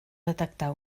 detectar